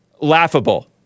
Laughable